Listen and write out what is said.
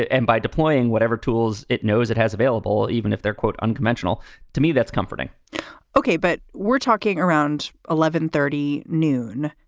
and by deploying whatever tools it knows it has available, even if they're, quote, unconventional to me, that's comforting ok. but we're talking around eleven thirty noon,